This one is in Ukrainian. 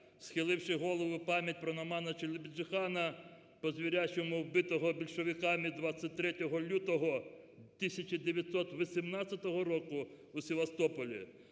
схиливши голову в пам'ять про Номана Челебіджіхана по-звірячому вбитого більшовиками 23 лютого 1918 року у Севастополі,